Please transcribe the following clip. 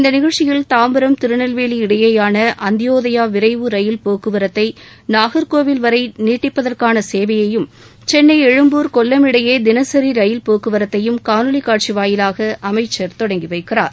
இந்த நிகழ்ச்சியில் தாம்பரம் திருநெல்வேலி இடையேயாள அந்தியோதயா விரைவு ரயில் போக்குவரத்தை நாகர்கோவில் வரை நீட்டிப்பதற்கான சேவையையும் சென்னை எழும்பூர் கொல்லம் இடையே தினசரி ரயில்போக்குவரத்தையும் காணொலிக் காட்சி வாயிலாக அமைச்சர் தொடங்கி வைக்கிறார்